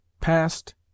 past